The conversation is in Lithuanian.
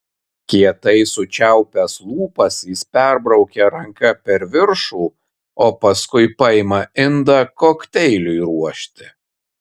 kietai sučiaupęs lūpas jis perbraukia ranka per viršų o paskui paima indą kokteiliui ruošti